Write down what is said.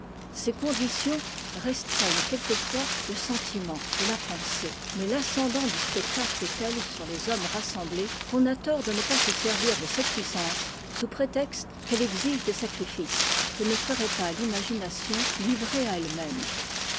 ces conditions restreignent quelquefois le sentiment et la pensée mais l'ascendant du spectacle est tel sur les hommes rassemblés qu'on a tort de ne pas se servir de cette puissance sous prétexte qu'elle exige des sacrifices que ne ferait pas l'imagination livrée à e